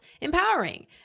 empowering